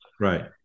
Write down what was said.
Right